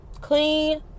Clean